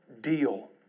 deal